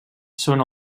són